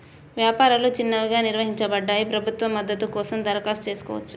వ్యాపారాలు చిన్నవిగా నిర్వచించబడ్డాయి, ప్రభుత్వ మద్దతు కోసం దరఖాస్తు చేసుకోవచ్చు